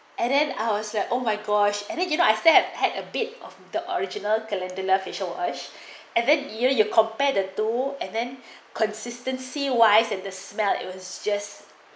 and then I was like oh my gosh and then you don't have that had a bit of the original calendar facial wash and then you you compare the two and then consistency wise and the smell it was just